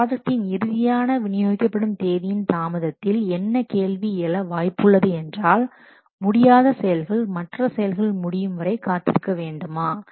ப்ராஜெக்டின் இறுதியான வினியோகிக்கப்படும் தேதியின் தாமதத்தில் என்ன கேள்வி எழ வாய்ப்பு உள்ளது என்றால் முடியாத செயல்கள் மற்ற செயல்கள் முடியும்வரை காத்திருக்க வேண்டுமா